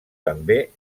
també